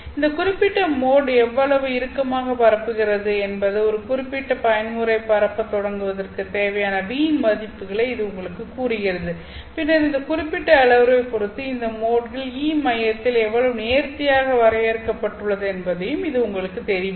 இந்த குறிப்பிட்ட மோட் எவ்வளவு இறுக்கமாக பரப்புகிறது என்பது ஒரு குறிப்பிட்ட பயன்முறையை பரப்பத் தொடங்குவதற்குத் தேவையான V இன் மதிப்புகளை இது உங்களுக்குக் கூறுகிறது பின்னர் இந்த குறிப்பிட்ட அளவுருவைப் பொறுத்து இந்த மோட்கள் E மையத்தில் எவ்வளவு நேர்த்தியாக வரையறுக்கப்பட்டுள்ளது என்பதையும் இது உங்களுக்குத் தெரிவிக்கும்